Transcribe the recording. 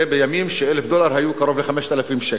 זה היה בימים ש-1,000 דולר היו קרוב ל-5,000 שקל.